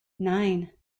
nine